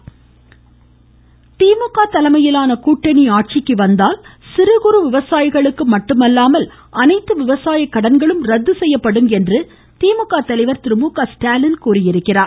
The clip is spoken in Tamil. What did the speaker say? ஸ்டாவின் திமுக தலைமையிலான கூட்டணி ஆட்சிக்கு வந்தால் சிறுகுறு விவசாயிகளுக்கு மட்டுமல்லாமல் அனைத்து விவசாய கடன்களும் ரத்து செய்யப்ப்படும் என்று திமுக தலைவர் திரு மு க ஸ்டாலின் கூறியுள்ளார்